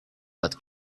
but